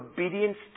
obedience